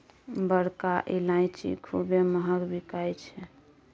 बड़का ईलाइची खूबे महँग बिकाई छै